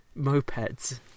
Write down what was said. mopeds